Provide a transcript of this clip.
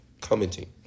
commenting